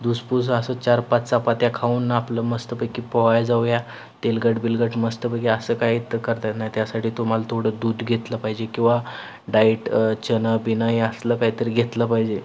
धूसपूस असं चार पाच चपात्या खाऊन आपलं मस्तपैकी पोहायला जाऊया तेलकट बिलकट मस्तपैकी असं काय तर करता येत नाही त्यासाठी तुम्हाला थोडं दूध घेतलं पाहिजे किंवा डाईट चणे बिणे हे असलं काहीतरी घेतलं पाहिजे